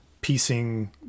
piecing